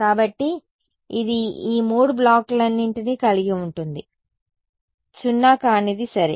కాబట్టి ఇది ఈ 3 బ్లాక్లన్నింటిని కలిగి ఉంటుంది సున్నా కానిది సరే